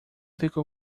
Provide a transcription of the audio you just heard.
ficou